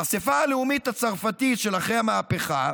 באספה הלאומית הצרפתית של אחרי המהפכה,